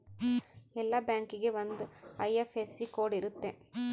ಎಲ್ಲಾ ಬ್ಯಾಂಕಿಗೆ ಒಂದ್ ಐ.ಎಫ್.ಎಸ್.ಸಿ ಕೋಡ್ ಇರುತ್ತ